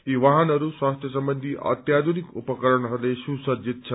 यी वाहनहरू स्वास्थ्य सम्वन्ची अत्याधुनिक उपकरणहरूले सुसञ्जीत छन्